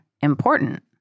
important